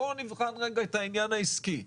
בוא נבחן רגע את העניין העסקי,